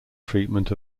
treatment